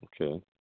Okay